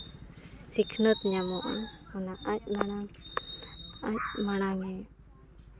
ᱥᱤᱠᱷᱱᱟᱹᱛ ᱧᱟᱢᱚᱜᱼᱟ ᱚᱱᱟ ᱟᱡ ᱢᱟᱲᱟᱝᱼᱮ